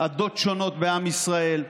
שונות בעם ישראל,